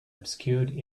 obscured